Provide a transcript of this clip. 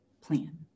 plan